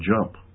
jump